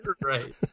Right